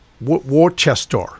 Worcester